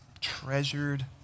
treasured